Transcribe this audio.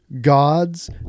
gods